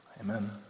Amen